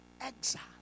exile